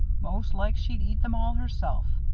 most like she'd eat them all herself.